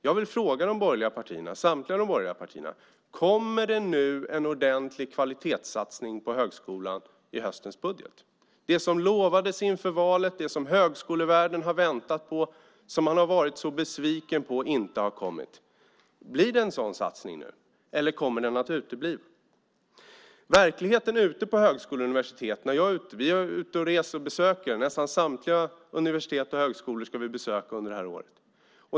Jag vill fråga samtliga borgerliga partier: Kommer det nu en ordentlig kvalitetssatsning på högskolan i höstens budget, det som lovades inför valet, det som högskolevärlden har väntat på, som man har varit så besviken på inte har kommit? Blir det en sådan satsning nu, eller kommer den att utebli? Vi är ute och reser och ska besöka nästan samtliga universitet och högskolor under det här året.